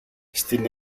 στην